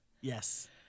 Yes